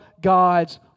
God's